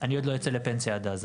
אני עוד לא אצא לפנסיה עד אז,